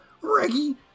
Reggie